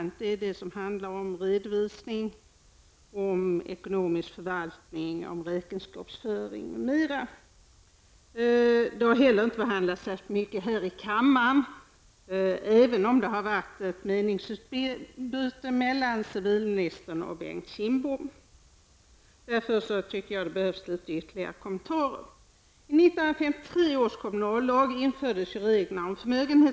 Det är den som handlar om redovisning, ekonomisk förvaltning, räkenskapsföring m.m. Det har heller inte behandlats särskilt mycket här i kammaren, även om det har varit ett meningsutbyte mellan civilministern och Bengt Kindbom. Jag tycker därför att det behövs litet ytterligare kommentarer.